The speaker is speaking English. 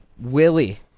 Willie